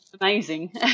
amazing